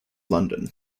london